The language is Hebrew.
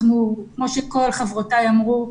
כמו שכל חברותיי אמרו,